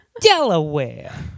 Delaware